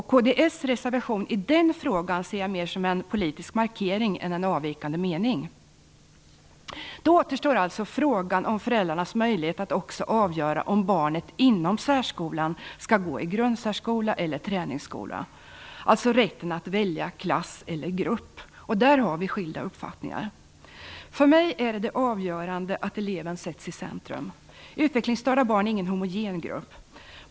Kds reservation i den frågan ser jag mera som en politisk markering än en avvikande mening. Då återstår frågan om föräldrarnas möjlighet att också avgöra om barnet inom särskolan skall gå i grundsärskola eller träningsskola, dvs. rätten att välja klass eller grupp. I det avseendet har vi skilda uppfattningar. För mig är det avgörande att eleven sätts i centrum. Utvecklingsstörda barn är ingen homogen grupp.